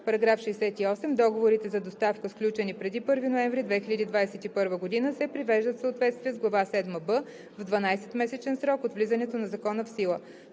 § 68: „§ 68. Договорите за доставка, сключени преди 1 ноември 2021 г., се привеждат в съответствие с глава седма „б“ в 12-месечен срок от влизането на закона в сила.“